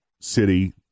city